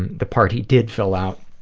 and the part he did fill out,